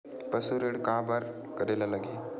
पशु ऋण बर का करे ला लगही?